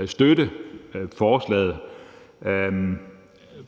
at støtte forslaget.